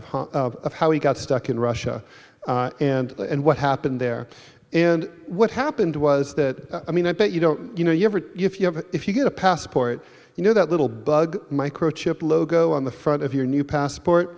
of it how he got stuck in russia and and what happened there and what happened was that i mean that you know you know you have if you have if you get a passport you know that little bug microchip logo on the front of your new passport